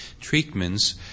treatments